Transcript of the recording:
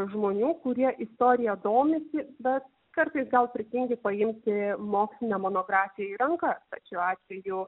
žmonių kurie istorija domisi bet kartais gal pritingi paimti mokslinę monografiją į rankas tad šiuo atveju